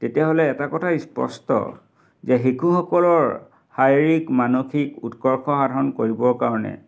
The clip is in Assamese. তেতিয়া হ'লে এটা কথা স্পষ্ট যে শিশুসকলৰ শাৰীৰিক মানসিক উৎকৰ্ষ সাধন কৰিবৰ কাৰণে